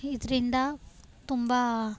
ಇದರಿಂದ ತುಂಬ